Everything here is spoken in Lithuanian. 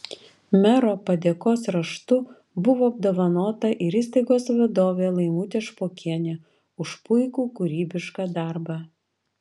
mero padėkos raštu buvo apdovanota ir įstaigos vadovė laimutė špokienė už puikų kūrybišką darbą